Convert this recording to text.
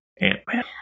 Ant-Man